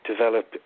develop